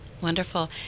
Wonderful